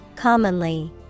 Commonly